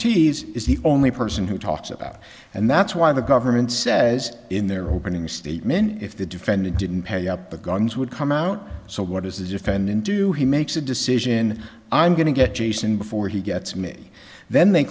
ortiz is the only person who talks about and that's why the government says in their opening statement if the defendant didn't pay up the guns would come out so what is the defendant do he makes a decision i'm going to get jason before he gets me then they